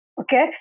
okay